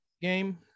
game